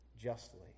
justly